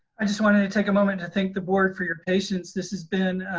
i just wanted to take a moment to thank the board for your patience. this has been,